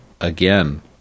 again